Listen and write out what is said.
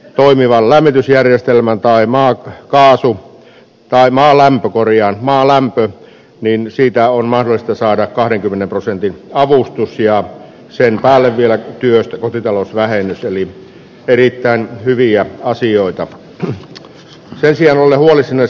toimiva lämmitysjärjestelmän tai mää pääsi hyppäämään lämpökorian maalämpöä niin siitä on mahdollista saada kahdenkymmenen prosentin avustus ja sen päälle vielä työstä kotitalousvähennys oli erittäin hyviä asioita te siellä olisi myös